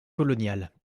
coloniale